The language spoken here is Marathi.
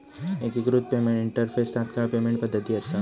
एकिकृत पेमेंट इंटरफेस तात्काळ पेमेंट पद्धती असा